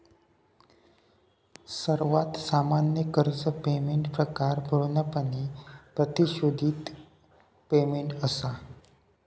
सर्वात सामान्य कर्ज पेमेंट प्रकार पूर्णपणे परिशोधित पेमेंट असा